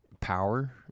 Power